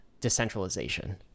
decentralization